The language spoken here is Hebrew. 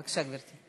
בבקשה, גברתי.